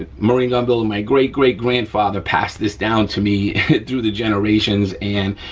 ah marine gun builder, my great, great grandfather passed this down to me through the generations and,